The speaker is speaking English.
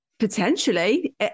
Potentially